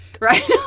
Right